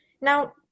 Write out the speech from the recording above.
Now